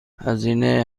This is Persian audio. هزینه